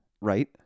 Right